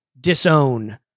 disown